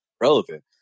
relevant